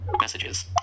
messages